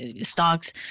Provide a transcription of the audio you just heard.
stocks